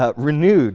ah renewed